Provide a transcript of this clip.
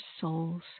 souls